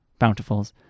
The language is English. bountifuls